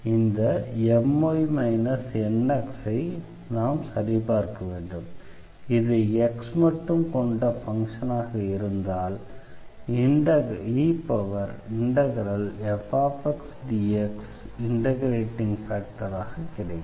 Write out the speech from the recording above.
இந்த My Nx ஐ நாம் சரிபார்க்க வேண்டும் இது x மட்டும் கொண்ட ஃபங்ஷனாக இருந்தால் efxdxஇண்டெக்ரேட்டிங் ஃபேக்டராக கிடைக்கிறது